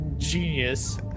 genius